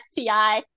STI